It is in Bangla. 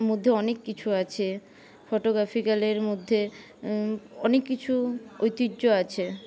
মধ্যে অনেক কিছু আছে ফোটোগ্রাফিক্যালের মধ্যে অনেক কিছু ঐতিহ্য আছে